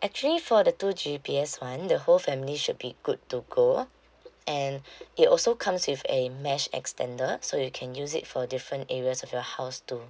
actually for the two G_B_P_S [one] the whole family should be good to go and it also comes with a mesh extender so you can use it for different areas of your house too